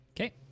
Okay